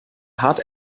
hart